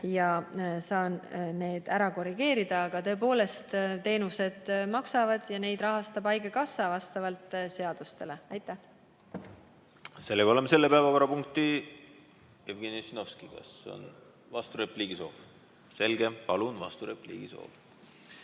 ja saan need ära korrigeerida. Aga tõepoolest, teenused maksavad ja neid rahastab haigekassa vastavalt seadustele. Aitäh! Sellega oleme selle päevakorrapunkti ... Jevgeni Ossinovski, kas on vasturepliigi soov? Selge, palun, vasturepliigi soov.